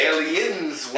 Aliens